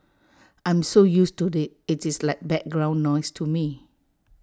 I am so used to IT it is like background noise to me